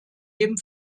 dem